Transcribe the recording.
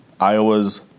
Iowa's